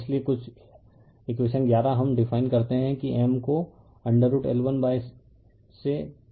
इसलिए कुछ इकवेशन 11 हम डिफाइन करते हैं कि M को √L1से कम 1 यह इकवेशन 13 है